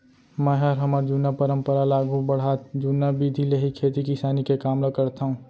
मैंहर हमर जुन्ना परंपरा ल आघू बढ़ात जुन्ना बिधि ले ही खेती किसानी के काम ल करथंव